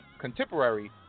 contemporary